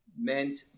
meant